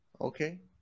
Okay